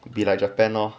would be like japan lor